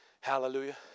Hallelujah